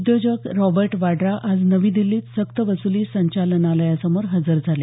उद्योजक रॉबर्ट वाड्रा आज दिल्लीत सक्त वसुली संचालनालयासमोर हजर झाले